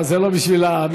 אבל זה לא בשביל המליאה.